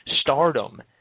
stardom